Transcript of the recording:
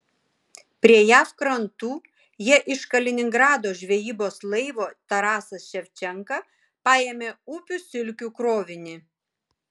prie jav krantų jie iš kaliningrado žvejybos laivo tarasas ševčenka paėmė upių silkių krovinį